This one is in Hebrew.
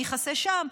אני אכסה שם.